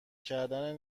کردن